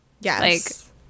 Yes